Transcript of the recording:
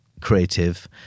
creative